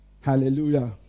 Hallelujah